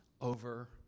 over